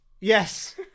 Yes